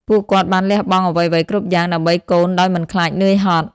ពួកគាត់បានលះបង់អ្វីៗគ្រប់យ៉ាង ដើម្បីកូនដោយមិនខ្លាចនឿយហត់។